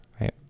right